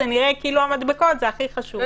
נראה כאילו המדבקות זה הכי חשוב,